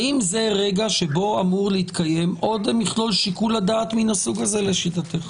האם זה רגע שבו אמור להתקיים עוד מכלול שיקול דעת מן הסוג הזה לשיטתך?